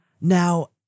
Now